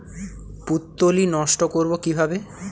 পুত্তলি নষ্ট করব কিভাবে?